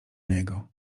niego